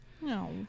No